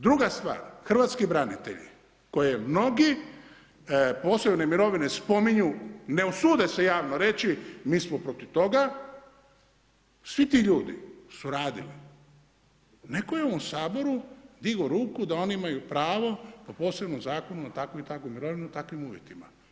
Druga stvar, hrvatski branitelji, koje mnogi, posebne mirovine spominju, ne usude se javno reći mi smo protiv toga, svi ti ljudi su radili, netko je u ovom Saboru digao ruku da oni imaju pravo po posebnom zakonu na takvu i takvu mirovinu, po takvim uvjetima.